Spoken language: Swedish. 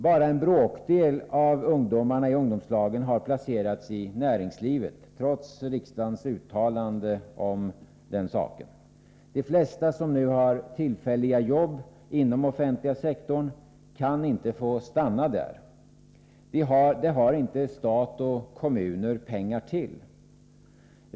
Bara en bråkdel av ungdomarna i ungdomslagen har placerats i näringslivet, trots riksdagens uttalande om den saken. De flesta som nu har tillfälliga jobb inom den offentliga sektorn kan inte få stanna där — det har stat och kommuner inte pengar till.